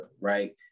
right